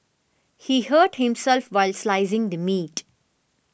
he hurt himself while slicing the meat